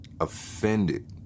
offended